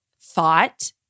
thought